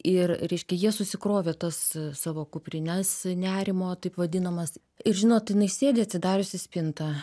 ir reiškia jie susikrovė tas savo kuprines nerimo taip vadinamas ir žinot jinai sėdi atsidariusi spintą